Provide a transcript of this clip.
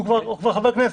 הוא חבר כנסת.